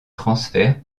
transferts